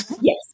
Yes